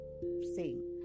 sing